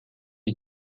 die